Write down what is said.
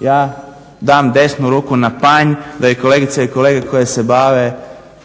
Ja dam desnu ruku na panj da kolegice i kolege